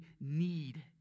need